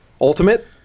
Ultimate